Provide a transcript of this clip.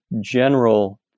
general